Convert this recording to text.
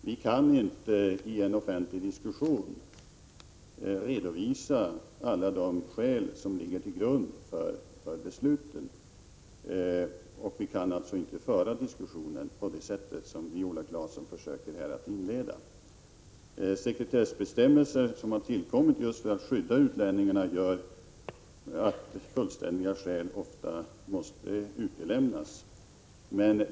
Vi kan inte i en offentlig diskussion redovisa alla de skäl som ligger till grund för besluten, och vi kan alltså inte föra diskussionen på det sätt som Viola Claesson försöker göra. Sekretessbestämmelser som har tillkommit just för att skydda utlänningar gör att fullständiga skäl ofta måste utelämnas.